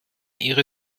ihre